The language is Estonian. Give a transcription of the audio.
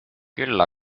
küll